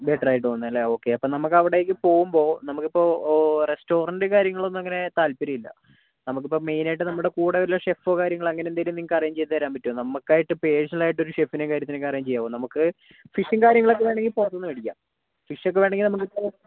better ആയിട്ട് തോന്നുന്നു അല്ലേ ഓക്കെ അപ്പം നമ്മുക്കവിടേക്ക് പോകുമ്പോൾ നമുക്കിപ്പോൾ റെസ്റ്റോറന്റ് കാര്യങ്ങളൊന്നും അങ്ങനെ താൽപര്യം ഇല്ല നമുക്കിപ്പോൾ മെയിൻ ആയിട്ട് നമ്മുടെ കൂടെ വല്ല ഷെഫോ കാര്യങ്ങൾ അങ്ങനെ എന്തെങ്കിലും നിങ്ങൾക്ക് അറേഞ്ച് ചെയ്ത് തരാൻ പറ്റുവോ നമുക്കായിട്ട് പേഴ്സണൽ ആയിട്ടൊരു ഷെഫിനെയും കാര്യത്തിനെയൊക്കെ അറേഞ്ച് ചെയ്യാമോ നമുക്ക് ഫിഷും കാര്യങ്ങളൊക്കെ വേണമെങ്കിൽ പുറത്തുനിന്ന് മേടിക്കാം ഫിഷ് ഒക്കെ വേണമെങ്കിൽ നമുക്കിപ്പോൾ